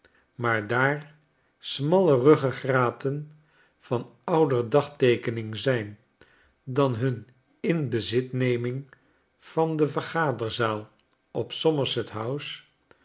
maar daar smalle ruggegraten van ouder dagteekening zijn dan hun inbezitneming van de vergaderzaal op somerset house